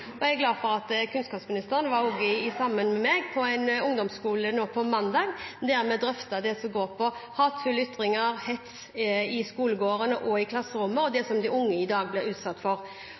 Jeg er glad for at kunnskapsministeren var sammen med meg på en ungdomsskole nå på mandag, der vi drøftet det som går på hatefulle ytringer og hets i skolegården og i klasserommet og det som de unge i dag blir utsatt for.